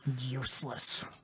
Useless